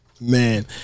Man